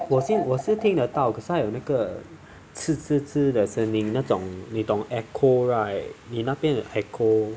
我是我是听得到可是有那个次次次的声音那种你懂 echo right 你那边有 echo